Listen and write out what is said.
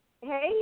Hey